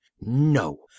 no